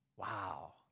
Wow